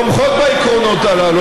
תומכות בעקרונות הללו.